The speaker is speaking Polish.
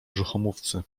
brzuchomówcy